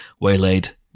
waylaid